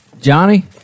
Johnny